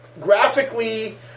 Graphically